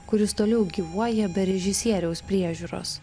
kuris toliau gyvuoja be režisieriaus priežiūros